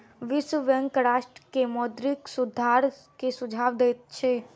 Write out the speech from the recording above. विश्व बैंक राष्ट्र के मौद्रिक सुधार के सुझाव दैत छै